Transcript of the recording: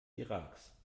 iraks